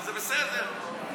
וזה בסדר,